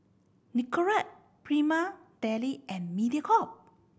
Nicorette Prima Deli and Mediacorp